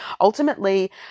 ultimately